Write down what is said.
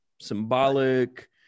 symbolic